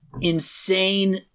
insane